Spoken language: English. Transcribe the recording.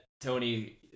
Tony